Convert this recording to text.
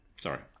Sorry